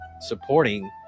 supporting